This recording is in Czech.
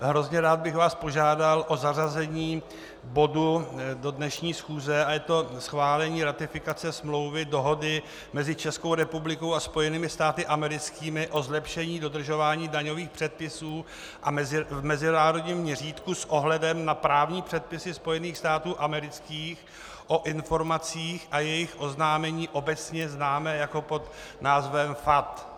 Hrozně rád bych vás požádal o zařazení bodu do dnešní schůze, je to schválení ratifikace smlouvy, Dohody mezi Českou republikou a Spojenými státy americkými o zlepšení dodržování daňových předpisů v mezinárodním měřítku a s ohledem na právní předpisy Spojených států amerických o informacích a jejich oznámení obecně známé pod názvem FATCA.